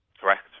Correct